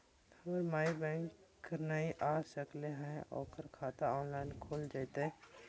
हमर माई बैंक नई आ सकली हई, ओकर खाता ऑनलाइन खुल जयतई?